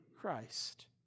Christ